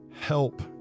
help